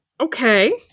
Okay